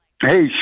Hey